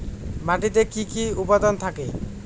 মাটিতে কি কি উপাদান থাকে?